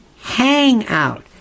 hangout